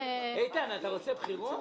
איתן ברושי, אתה רוצה בחירות?